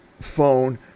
phone